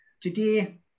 Today